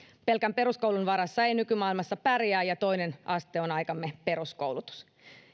pelkän peruskoulun varassa ei nykymaailmassa pärjää ja toinen aste on aikamme peruskoulutus